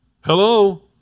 Hello